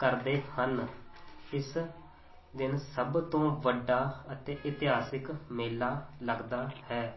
ਕਰਦੇ ਹਨ ਇਸ ਦਿਨ ਸਭ ਤੋਂ ਵੱਡਾ ਅਤੇ ਇਤਿਹਾਸਿਕ ਮੇਲਾ ਲੱਗਦਾ ਹੈ